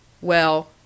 Well